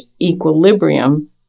equilibrium